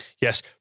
Yes